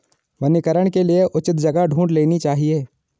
वनीकरण के लिए उचित जगह ढूंढ लेनी चाहिए